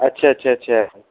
ਅੱਛਾ ਅੱਛਾ ਅੱਛਾ